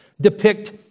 depict